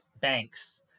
Banks